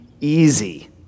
easy